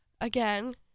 again